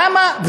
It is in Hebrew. למה?